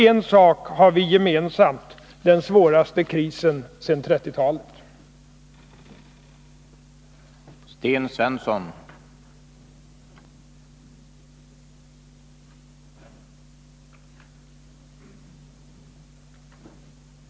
En sak har vi gemensamt — den svåraste krisen sedan 1930 talet.